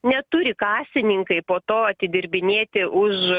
neturi kasininkai po to atidirbinėti už